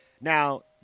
Now